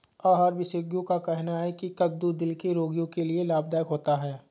आहार विशेषज्ञों का कहना है की कद्दू दिल के रोगियों के लिए लाभदायक होता है